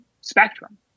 spectrum